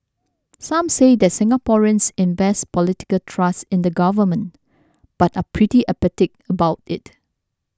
some say that Singaporeans invest political trust in the government but are pretty apathetic about it